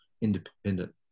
independent